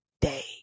day